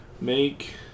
make